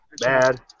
bad